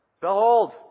Behold